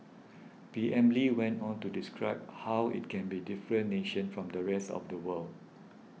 P M Lee went on to describe how it can be a different nation from the rest of the world